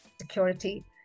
security